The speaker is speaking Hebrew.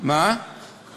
אומרים